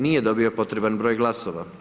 Nije dobio potreban broj glasova.